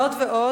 זאת ועוד,